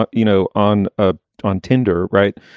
but you know, on a on tinder. right.